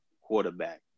quarterback